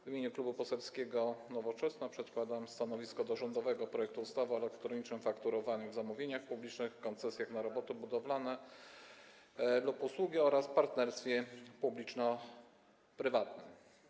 W imieniu Klubu Poselskiego Nowoczesna przedkładam stanowisko odnośnie do rządowego projektu ustawy o elektronicznym fakturowaniu w zamówieniach publicznych, koncesjach na roboty budowlane lub usługi oraz partnerstwie publiczno-prywatnym.